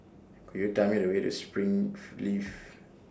Could YOU Tell Me The Way to Springleaf